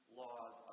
laws